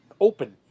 open